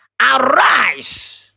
Arise